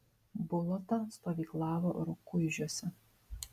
bulota stovyklavo rukuižiuose